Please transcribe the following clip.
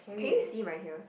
can you see my here